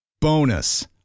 Bonus